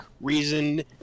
reason